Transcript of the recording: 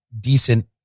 decent